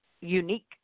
unique